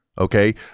Okay